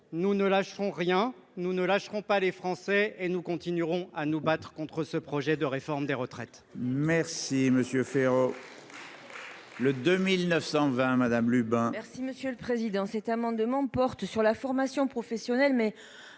Nous ne lâcherons rien, nous ne lâcherons pas les Français et nous continuerons à nous battre contre ce projet de réforme des retraites.